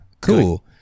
cool